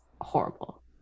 horrible